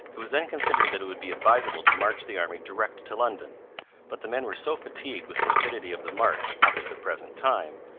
it was then considered that it would be advisable to march the army direct to london but the men were so fatigued with the rapidity of the march up to the present time,